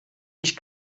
ich